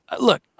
look